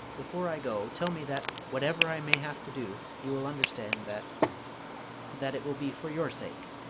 before i go, tell me that, whatever i may have to do, you will understand that that it will be for your sake!